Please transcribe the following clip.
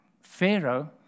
Pharaoh